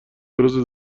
روز